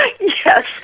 yes